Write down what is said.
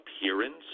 appearance